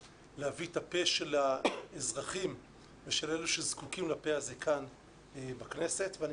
להביא את הפה של האזרחים ושל אלה שזקוקים לפה הזה כאן בכנסת ואני